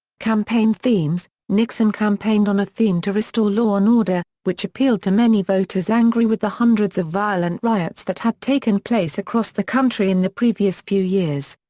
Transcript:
campaign themes nixon campaigned on a theme to restore law and order, which appealed to many voters angry with the hundreds of violent riots that had taken place across the country in the previous few years.